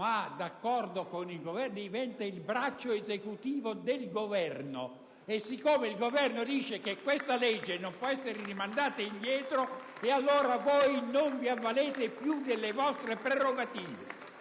ma, d'accordo con il Governo, diventa il braccio esecutivo del Governo. E siccome il Governo dice che questo disegno di legge non può essere rinviato alla Camera, allora voi non vi avvalete più delle vostre prerogative!